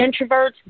introverts